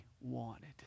wanted